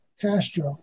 Castro